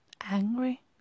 Angry